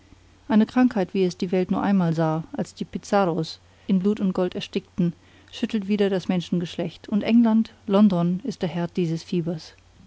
eine krankheit wie sie die welt nur einmal sah als die pizarros in blut und gold erstickten schüttelt wieder das menschengeschlecht und england london ist der herd dieses fiebers